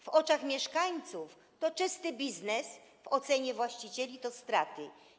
W opinii mieszkańców to czysty biznes, w ocenie właścicieli - straty.